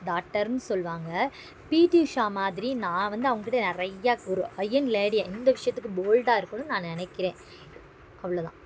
டாட்டர்ன்னு சொல்வாங்கள் பிடி உஷாமாதிரி நான் வந்து அவங்ககிட்ட நிறையா ஒரு ஐயன் லேடி எந்த விஷயத்துக்கும் போல்டாக இருக்கணும்னு நான் நினைக்கிறேன் அவ்வளோதான்